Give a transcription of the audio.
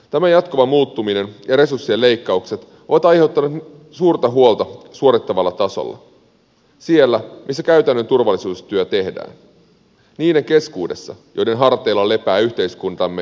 tämä jatkuva muuttuminen ja resurssien leikkaukset ovat aiheuttaneet suurta huolta suorittavalla tasolla siellä missä käytännön turvallisuustyö tehdään niiden keskuudessa joiden harteilla lepää yhteiskuntamme sisäinen turvallisuus